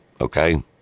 Okay